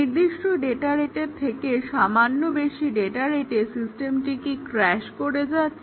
নির্দিষ্ট ডাটা রেটের থেকে সামান্য বেশি ডাটা রেটে সিস্টেমটি কি ক্র্যাশ করে যাচ্ছে